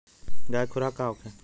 गाय के खुराक का होखे?